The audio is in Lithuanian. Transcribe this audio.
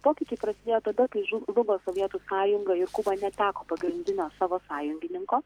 pokyčiai prasidėjo tada kai žlugo sovietų sąjunga ir kuba neteko pagrindinio savo sąjungininko